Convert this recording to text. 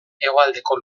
hegoaldeko